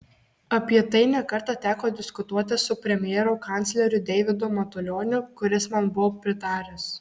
apie tai ne kartą teko diskutuoti su premjero kancleriu deividu matulioniu kuris man buvo pritaręs